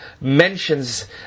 mentions